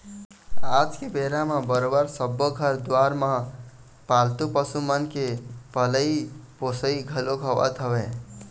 आज के बेरा म बरोबर सब्बो घर दुवार मन म पालतू पशु मन के पलई पोसई घलोक होवत हवय